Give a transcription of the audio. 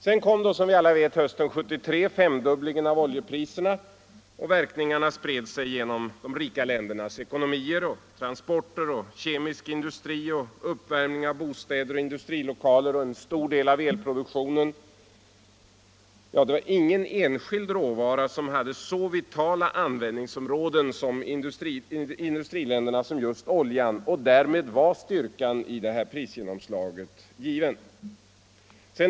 Sedan kom som vi alla vet under hösten 1973 femdubblingen av oljepriserna, och verkningarna spred sig genom de rika ländernas ekonomier, transporter och kemisk industri, uppvärmning av bostäder och industrilokaler och en stor del av elproduktionen. Ingen enskild råvara hade så vitala användningsområden i industriländerna som just oljan, och härmed var styrkan i prisgenomslaget given.